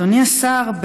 אדוני השר,